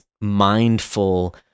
mindful